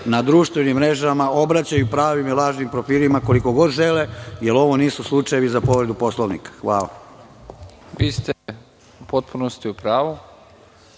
na društvenim mrežama obraćaju pravim i lažnim profilima koliko god žele, jer ovo nisu slučajevi za povredu Poslovnika. Hvala. **Nebojša Stefanović**